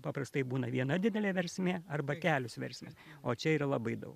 paprastai būna viena didelė versmė arba kelios versmės o čia yra labai daug